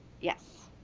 yes